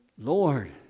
Lord